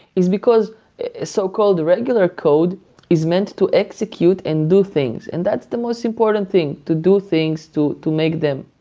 is because so called regular code is meant to execute and do things, and that's the most important thing, to do things to to make them.